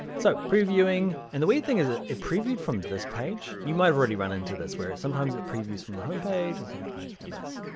so previewing, and the weird thing is ah it previewed from this page. you might already run into this. where sometimes it's previews from the home page, and sometimes from this.